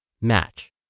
match